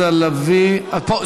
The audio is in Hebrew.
אני פה.